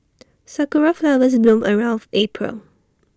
Sakura Flowers bloom around April